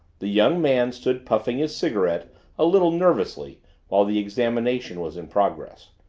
the young man stood puffing his cigarette a little nervously while the examination was in progress.